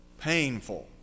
Painful